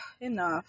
enough